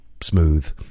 smooth